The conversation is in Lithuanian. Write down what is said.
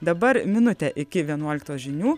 dabar minutė iki vienuoliktos žinių